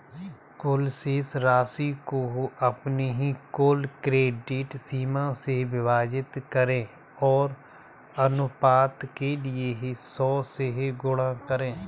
कुल शेष राशि को अपनी कुल क्रेडिट सीमा से विभाजित करें और अनुपात के लिए सौ से गुणा करें